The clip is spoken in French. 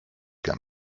qu’un